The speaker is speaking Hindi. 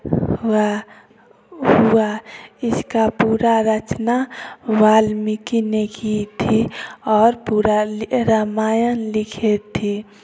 हुआ हुआ इसका पूरा रचना वाल्मीकि ने की थी और पूरा रामायण लिखे थी